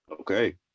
Okay